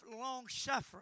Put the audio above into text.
long-suffering